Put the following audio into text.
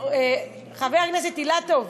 חבר הכנסת אילטוב,